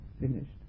finished